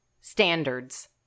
standards